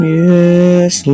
yes